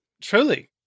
truly